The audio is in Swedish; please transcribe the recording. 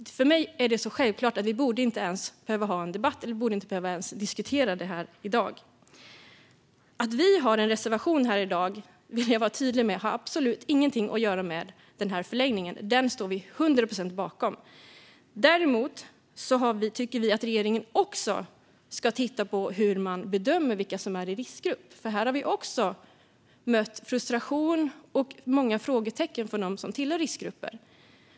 För mig är det så självklart att vi inte ens borde behöva ha en debatt. Vi borde inte ens behöva diskutera detta i dag. Extra ändringsbudget för 2020 - Förlängd rätt till ersättning för riskgrupper med anled-ning av coronaviruset Jag vill vara tydlig med att den reservation vi har absolut inte har något att göra med förlängningen. Den står vi bakom till hundra procent. Däremot tycker vi att regeringen också ska titta på hur man bedömer vilka som är i riskgrupp, för här har vi mött frustration och många frågetecken från dem som tillhör riskgrupper.